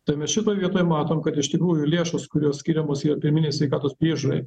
tai mes šitoj vietoj matom kad iš tikrųjų lėšos kurios skiriamos jo pirminės sveikatos priežiūrai